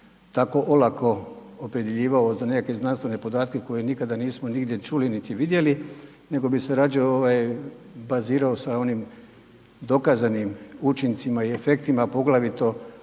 tako olako opredjeljivao za nekakve znanstvene podatke koje nikada nismo nigdje čuli niti vidjeli nego bih se radije bazirao sa onim dokazanim učincima i efektima, poglavito